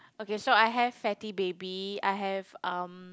okay so I have Fatty Baby I have um